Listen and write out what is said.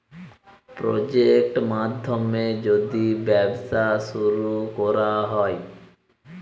project মাধ্যমে যদি ব্যবসা শুরু করা হয়